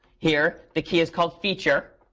here, the key is called feature,